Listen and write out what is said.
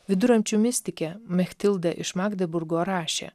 viduramžių mistikė mechtilda iš magdeburgo rašė